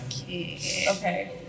Okay